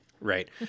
right